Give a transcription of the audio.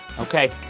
Okay